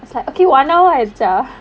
it's like okay one hour ஆயிடுச்சா:aayiduchaa